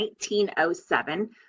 1907